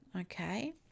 Okay